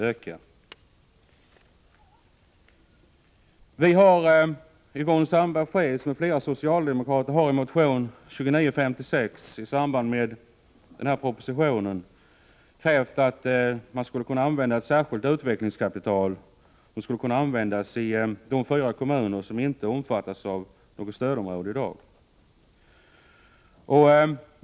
Yvonne Sandberg-Fries m.fl. socialdemokrater har i motion 2956 i samband med denna proposition krävt att man skall kunna använda ett särskilt utvecklingskapital i de fyra kommuner som inte omfattas av något stödområde i dag.